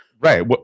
Right